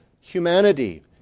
humanity